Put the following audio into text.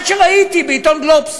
עד שראיתי בעיתון "גלובס",